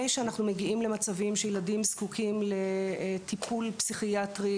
שאנחנו מגיעים למצבים שילדים זקוקים לטיפול פסיכיאטרי,